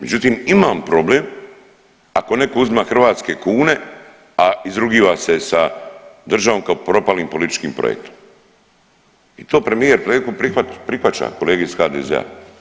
Međutim imam problem ako neko uzima hrvatske kune, a izrugiva se sa državom kao propalim političkim projektom i to premijer prihvaća i kolege iz HDZ-a.